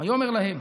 ויאמר להם